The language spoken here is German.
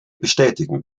bestätigen